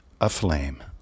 aflame